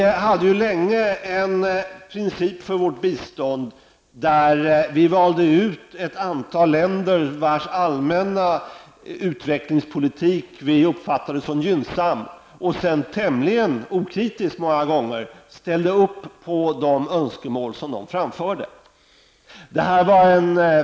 Vi tillämpade länge en princip för vårt bistånd, där vi valde ut ett antal länder, vilkas allmänna utvecklingspolitik vi uppfattade som gynnsam. Sedan ställde vi många gånger tämligen okritiskt upp på de önskemål som dessa länder framförde.